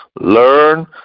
Learn